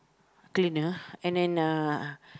cleaner and then uh